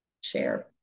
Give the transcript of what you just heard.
Share